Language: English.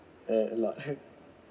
a lot